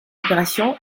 opération